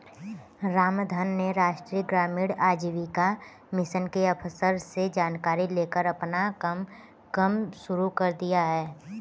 रामधन ने राष्ट्रीय ग्रामीण आजीविका मिशन के अफसर से जानकारी लेकर अपना कम शुरू कर दिया है